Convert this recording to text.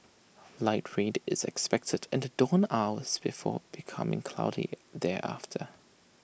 light rain is expected in the dawn hours before becoming cloudy thereafter